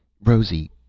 Rosie